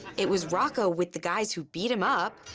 it was rocco with the guys who beat him up.